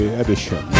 edition